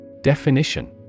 Definition